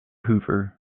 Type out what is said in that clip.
hoover